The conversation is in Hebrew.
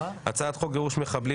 2. הצעת חוק גירוש משפחות מחבלים,